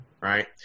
right